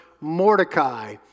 Mordecai